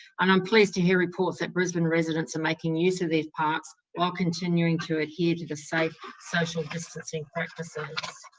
and um pleased to hear reports that brisbane residents are making use of these parks while continuing to adhere to the safe social distancing practices.